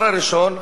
הדבר הראשון,